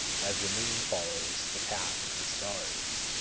as the moon follows the path of the stars.